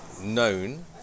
known